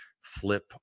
flip